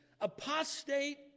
apostate